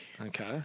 Okay